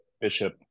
bishop